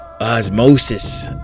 Osmosis